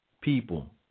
people